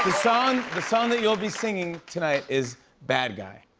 the song the song that you'll be singing tonight is bad guy.